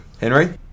Henry